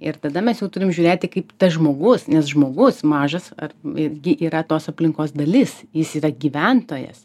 ir tada mes jau turim žiūrėti kaip tas žmogus nes žmogus mažas ar irgi yra tos aplinkos dalis jis yra gyventojas